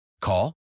Call